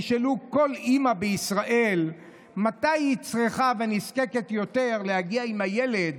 תשאלו כל אימא בישראל מתי היא צריכה ונזקקת יותר להגיע עם הילד